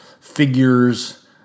figures